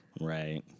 Right